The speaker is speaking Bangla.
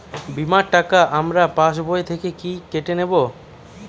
বিমার টাকা আমার পাশ বই থেকে কি কেটে নেবে?